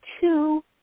two